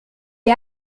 est